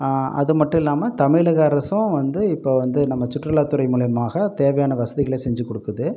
அது மட்டும் இல்லாமல் தமிழக அரசும் வந்து இப்போ வந்து நம்ம சுற்றுலாத் துறை மூலிமாக தேவையான வசதிகளை செஞ்சுக் கொடுக்குது